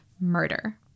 murder